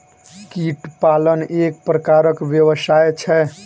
कीट पालन एक प्रकारक व्यवसाय छै